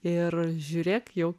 ir žiūrėk jau